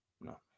No